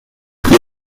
يمكنك